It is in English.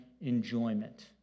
enjoyment